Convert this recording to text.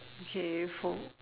okay for